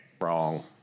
wrong